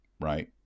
right